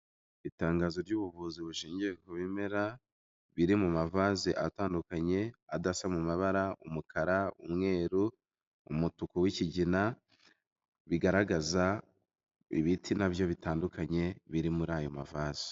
Itangazo ry'ubuvuzi bushingiye ku bimera, biri mu mavaze atandukanye, adasa mu mabara, umukara, umweru, umutuku w'ikigina, bigaragaza ibiti na byo bitandukanye biri muri ayo mavaze.